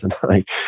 tonight